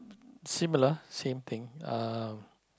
similar same thing uh